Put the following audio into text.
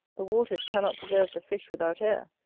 the waters cannot preserve the fish without air,